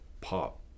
pop